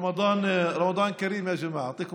רמדאן כרים, יא ג'מאעה.